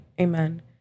Amen